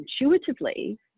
intuitively